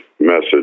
message